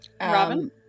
Robin